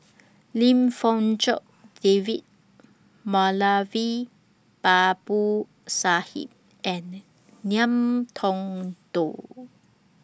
Lim Fong Jock David Moulavi Babu Sahib and Ngiam Tong Dow